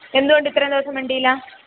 എന്തുകൊണ്ടിത്രയും ദിവസം മിണ്ടിയില്ല